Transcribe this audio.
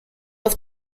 auf